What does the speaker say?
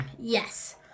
Yes